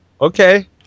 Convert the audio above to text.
Okay